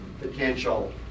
potential